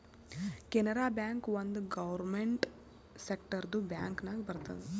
Canara bank ಒಂದ್ government ಸೆಕ್ಟರ್ದು bank ನಾಗ್ ಬರ್ತುದ್